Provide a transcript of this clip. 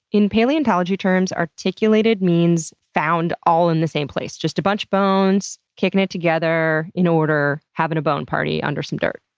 in paleontology terms, articulated means found all in the same place. just a bunch of bones kicking it together in order. having a bone party under some dirt.